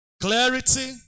clarity